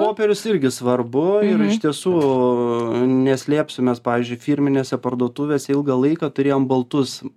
popierius irgi svarbu ir iš tiesų neslėpsiu mes pavyzdžiui firminėse parduotuvėse ilgą laiką turėjom baltus